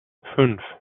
fünf